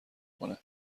کنه